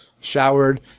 showered